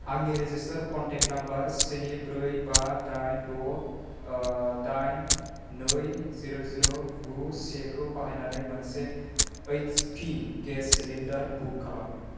आंनि registered contact number स्नि ब्रै बा दाइन द' दाइन नै जिर' जिर' गु से खौ बाहायनानै मोनसे H P gas cylinder book खालाम